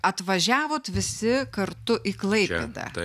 atvažiavot visi kartu į klaipėdą